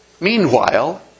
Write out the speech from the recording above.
Meanwhile